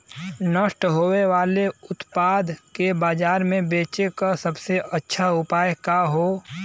नष्ट होवे वाले उतपाद के बाजार में बेचे क सबसे अच्छा उपाय का हो?